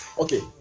Okay